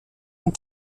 and